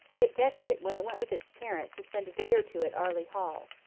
it decked it when it went with its parents to spend a day or two at arley hall.